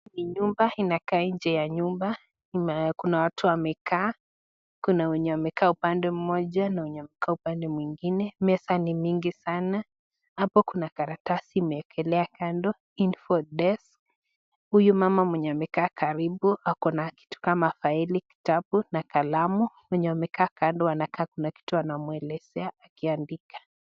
Ni nyumba. inaka inje ya nyumba. kuna watu wamekaa kuna wenye wamekaa upande mmoja na wenye wamekaa upande mwingine, meza ni mingi sana hapa kuna karatasi imewekelewa kando [Info desk] huyu mama mwenye amekaa karibu ako na kitu kama faili, kitabu na kalamu wenye wamekaa kando wanakaa kuna kitu wanamuelezea akiandika.